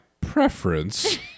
preference